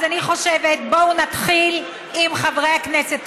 אז אני חושבת, בואו נתחיל עם חברי הכנסת תחילה,